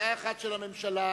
הצעה אחת של הממשלה,